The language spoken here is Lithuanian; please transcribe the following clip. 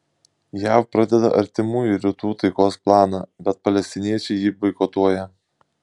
jav pradeda artimųjų rytų taikos planą bet palestiniečiai jį boikotuoja